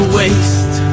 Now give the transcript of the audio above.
waste